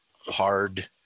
hard